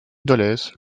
dolez